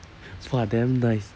!wah! damn nice